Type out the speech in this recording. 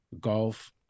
golf